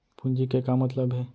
पूंजी के का मतलब हे?